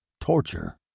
torture